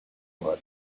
about